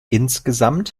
insgesamt